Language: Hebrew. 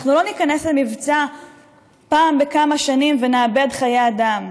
אנחנו לא ניכנס למבצע פעם בכמה שנים ונאבד חיי אדם?